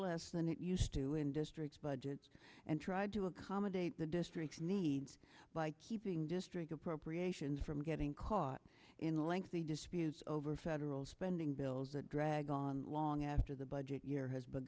less than it used to in districts budgets and tried to accommodate the district needs by keeping district appropriations from getting caught in lengthy disputes over federal spending bills that drag on long after the budget year has be